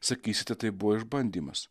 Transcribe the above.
sakysite tai buvo išbandymas